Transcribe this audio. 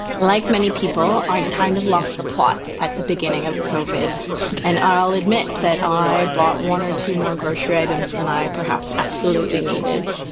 like many people, i kind of lost the plot at the beginning of covid and i'll admit that i bought one or two more grocery items than i perhaps absolutely needed.